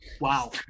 Wow